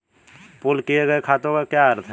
Pool किए गए खातों का क्या अर्थ है?